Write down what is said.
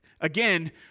again